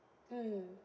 mm